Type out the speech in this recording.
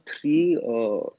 three